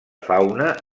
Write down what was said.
fauna